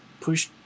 Push